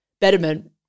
betterment